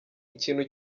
ikintu